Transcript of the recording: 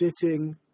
sitting